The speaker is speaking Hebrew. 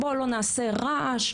'בוא לא נעשה רעש,